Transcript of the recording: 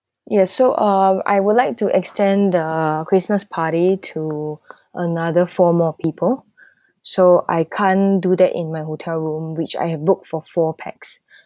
yes so uh I would like to extend the christmas party to another four more people so I can't do that in my hotel room which I have booked for four pax